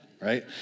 Right